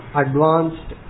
advanced